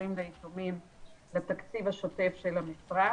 השארים ליתומים לתקציב השוטף של המשרד.